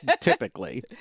typically